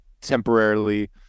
temporarily